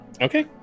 Okay